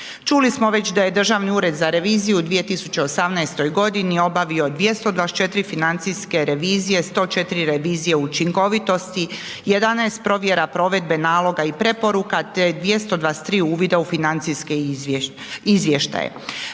Čuli smo već da je Državni ured za reviziju u 2018. godini obavio 224 financijske revizije, 104 revizije učinkovitosti, 11 provjera provedbe naloga i preporuka te 223 uvida u financijske izvještaje.